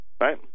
right